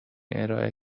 ارائه